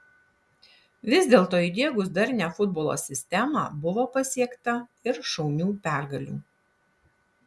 vis dėlto įdiegus darnią futbolo sistemą buvo pasiekta ir šaunių pergalių